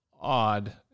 odd